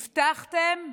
הבטחתם,